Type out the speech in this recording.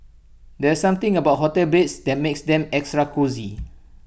there's something about hotel beds that makes them extra cosy